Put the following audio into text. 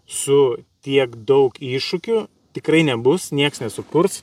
su tiek daug iššūkių tikrai nebus nieks nesukurs